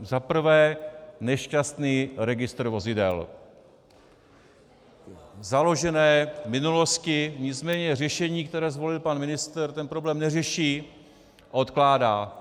Za prvé, nešťastný registr vozidel založeno v minulosti, nicméně řešení, které zvolil pan ministr, ten problém neřeší a odkládá.